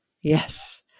Yes